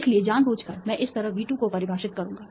इसलिए जानबूझकर मैं इस तरह V2 को परिभाषित करूंगा